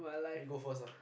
you go first lah